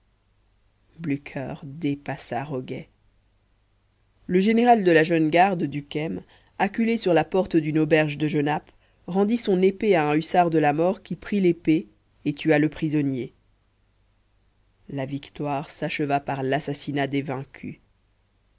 blücher dépassa roguet le général de la jeune garde ducesme acculé sur la porte d'une auberge de genappe rendit son épée à un hussard de la mort qui prit l'épée et tua le prisonnier la victoire s'acheva par l'assassinat des vaincus